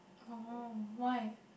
oh why